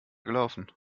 gelaufen